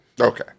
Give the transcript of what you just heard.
Okay